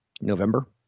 November